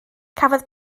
cafodd